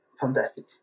fantastic